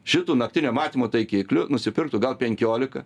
šitų naktinio matymo taikiklių nusipirktų gal penkiolika